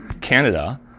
Canada